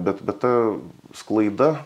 bet ta sklaida